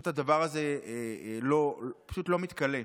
הדבר הזה פשוט לא מתכלה.